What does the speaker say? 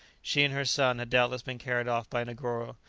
she and her son had doubtless been carried off by negoro,